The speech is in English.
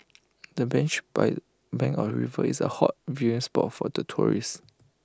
the bench by bank of river is A hot viewing spot for the tourists